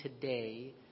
today